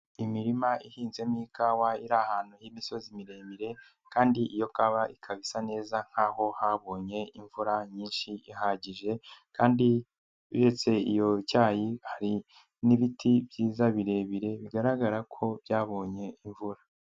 Imirima ihinzemo ikawa iri ahantu h'imisozi miremire kandi iyo kawa ikaba isa neza nk'aho habonye imvura nyinshi ihagije, kandi biretse iyo cyayi hari n'ibiti byiza birebire bigaragara ko byabonye imvura.